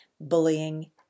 bullying